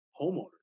homeowners